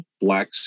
black